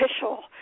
official